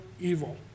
evil